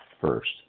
first